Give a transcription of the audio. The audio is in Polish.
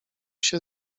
się